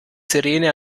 sirene